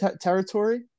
territory